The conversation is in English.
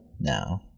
now